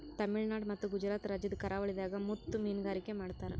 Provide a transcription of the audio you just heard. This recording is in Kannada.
ತಮಿಳುನಾಡ್ ಮತ್ತ್ ಗುಜರಾತ್ ರಾಜ್ಯದ್ ಕರಾವಳಿದಾಗ್ ಮುತ್ತ್ ಮೀನ್ಗಾರಿಕೆ ಮಾಡ್ತರ್